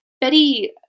Betty